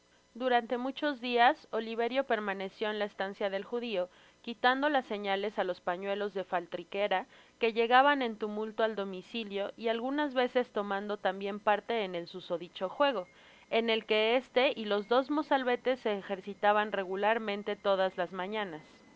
uranti muchos dias oliverio permaneció en la estancia del judio quitando las señales á los pañuelos de faltriquera que llegaban en tumulto al domicilio y algunas veces tomando tambien parle en el susodicho juego en el que este y los dos mozalbetes se ejercitaban regularmente todas las mañanas